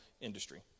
industry